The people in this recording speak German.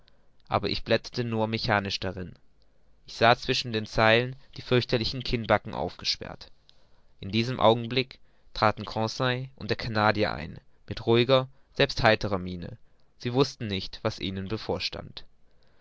aber ich blätterte nur mechanisch darin ich sah zwischen den zeilen die fürchterlichen kinnbacken aufgesperrt in diesem augenblick traten conseil und der canadier ein mit ruhiger selbst heiterer miene sie wußten nicht was ihnen bevorstand